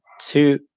two